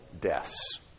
deaths